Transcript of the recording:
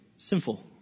Sinful